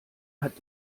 hat